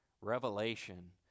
Revelation